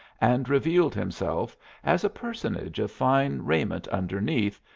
and revealed himself as a personage of fine raiment underneath,